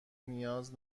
نیاز